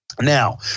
Now